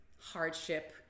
hardship